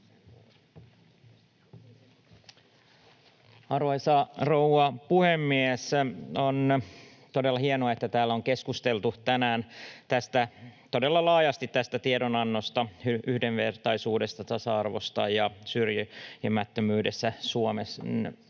Arvoisa rouva puhemies! On todella hienoa, että täällä on keskusteltu tänään todella laajasti tästä tiedonannosta, yhdenvertaisuudesta, tasa-arvosta ja syrjimättömyydestä suomalaisessa